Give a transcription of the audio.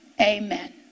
Amen